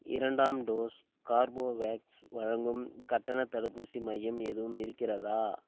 இரண்டாம் dose Corbevax வழங்கும் கட்டணத் தடுப்பூசி மையம் எதுவும் இருக்கிறதா